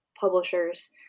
publishers